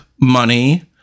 money